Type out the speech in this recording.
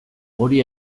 hori